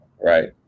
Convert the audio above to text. Right